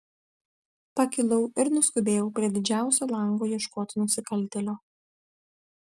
pakilau ir nuskubėjau prie didžiausio lango ieškoti nusikaltėlio